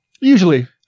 usually